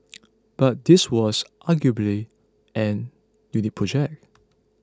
but this was arguably an unique project